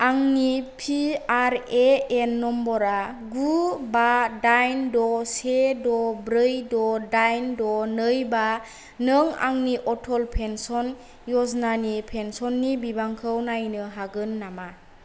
आंनि पिआरएएन नम्बरआ गु बा डाइन द' से द' ब्रै द' डाइन द' नै बा नों आंनि अटल पेन्सन य'जनानि पेन्सननि बिबांखौ नायनो हागोन नामा